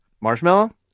Marshmallow